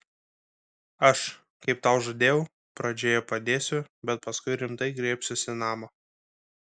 aš kaip tau žadėjau pradžioje padėsiu bet paskui rimtai griebsiuosi namo